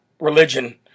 religion